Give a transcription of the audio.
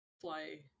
fly